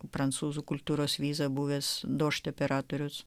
prancūzų kultūros vizą buvęs dožd operatorius